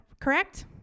correct